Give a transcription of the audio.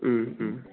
उम उम